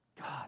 God